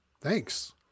Thanks